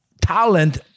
talent